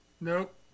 Nope